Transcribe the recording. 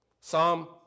Psalm